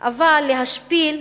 אבל להשפיל,